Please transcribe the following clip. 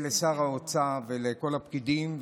לשר האוצר ולכל הפקידים,